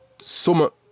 summer